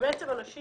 כאשר אנשים